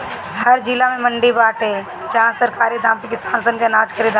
हर जिला में मंडी बाटे जहां सरकारी दाम पे किसान सन के अनाज खरीदाला